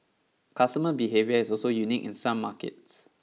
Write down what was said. customer behaviour is also unique in some markets